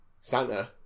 Santa